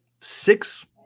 six